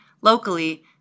locally